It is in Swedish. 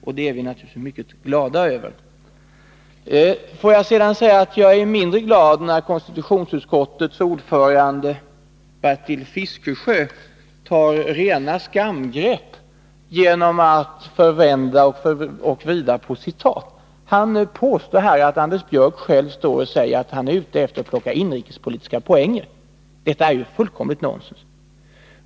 Jag blir däremot mindre glad när konstitutionsutskottets ordförande Bertil Fiskesjö tar rena skamgrepp genom att förvränga citat. Han påstår att Anders Björck står här och säger att han är ute efter att plocka inrikespolitiska poäng. Det är fullkomligt nonsens.